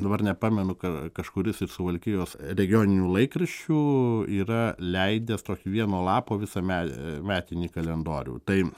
dabar nepamenu ką kažkuris iš suvalkijos regioninių laikraščių yra leidęs tokį vieno lapo visuome metinį kalendorių tai